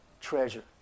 treasure